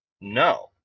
No